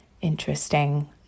Interesting